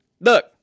Look